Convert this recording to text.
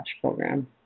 program